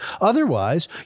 Otherwise